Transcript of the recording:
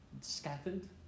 scattered